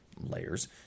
layers